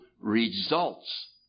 Results